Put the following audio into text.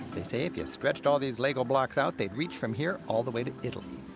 they say if you stretched all these lego blocks out, they'd reach from here all the way to italy.